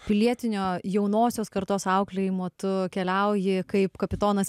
pilietinio jaunosios kartos auklėjimo tu keliauji kaip kapitonas